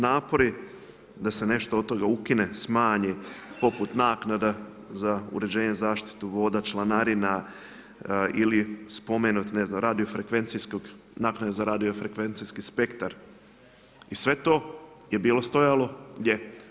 Napori da se nešto od toga ukine, smanji poput naknada za uređenje, zaštitu voda, članarina ili spomenut ne znam naknade za radio frekvencijski spektar i sve to je bilo stojalo gdje?